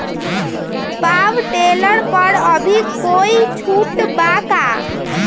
Power tiller पर अभी कोई छुट बा का?